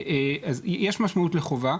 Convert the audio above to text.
אז יש משמעות לחובה,